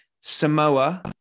samoa